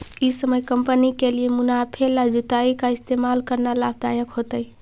ई समय कंपनी के लिए मुनाफे ला जुताई का इस्तेमाल करना लाभ दायक होतई